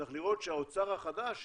צריך לראות שהאוצר החדש